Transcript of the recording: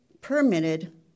permitted